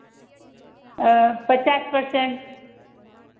पचास परसेंट